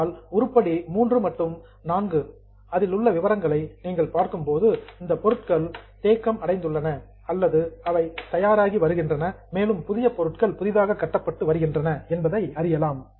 ஆனால் உருப்படி 3 மற்றும் 4 இன் விவரங்களை நீங்கள் பார்க்கும்போது இந்த பொருட்கள் ஸ்டேக்நென்ட் தேக்கம் அடைந்துள்ளன அல்லது அவை தயாராகி வருகின்றன மேலும் புதிய பொருட்கள் புதிதாக கட்டப்பட்டு வருகின்றன என்பதை அறியலாம்